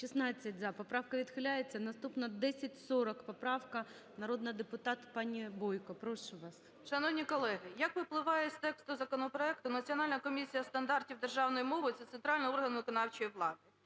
За-16 Поправка відхиляється. Наступна, 1040 поправка, народна депутат пані Бойко. Прошу вас, 16:48:19 БОЙКО О.П. Шановні колеги, як випливає з тексту законопроекту, Національна комісія стандартів державної мови – це центральний орган виконавчої влади.